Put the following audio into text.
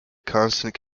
constant